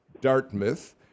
Dartmouth